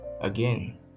Again